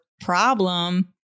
problem